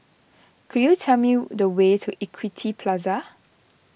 could you tell me the way to Equity Plaza